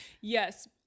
Yes